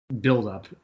build-up